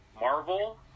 Marvel